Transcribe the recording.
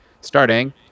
Starting